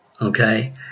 Okay